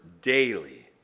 daily